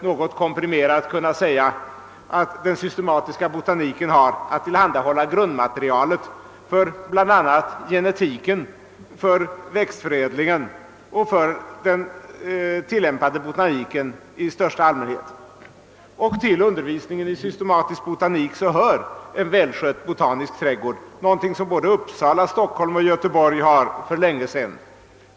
Något komprimerat skulle man kunna säga att den systematiska botaniken har att tillhandahålla grundmaterialet för bl.a. genetiken, växtförädlingen och den tillämpade botaniken i största allmänhet. Och till undervisningen i systematisk botanik hör en välskött botanisk trädgård, vilket såväl Uppsala som Stockholm och Göteborg har sedan lång tid tillbaka.